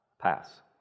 Pass